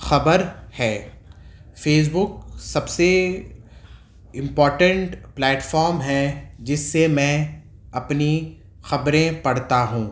خبر ہے Facebook سب سے امپورٹینٹ پلیٹفام ہے جس سے میں اپنی خبریں پڑھتا ہوں